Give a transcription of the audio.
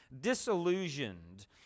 Disillusioned